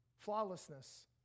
Flawlessness